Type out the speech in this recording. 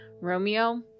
Romeo